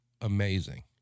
amazing